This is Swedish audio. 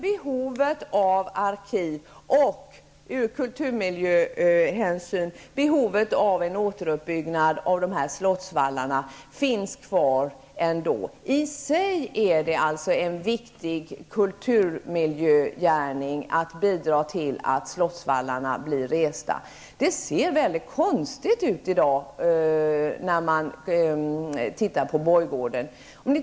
Behovet av arkiv, kulturmiljöhänsynen, behovet av en återuppbyggnad av slottsvallarna kommer att finnas kvar ändå. I sig är det en viktig kulturmiljögärning att bidra till att slottsvallarna blir resta. Det ser väldigt konstigt ut i dag på borggården.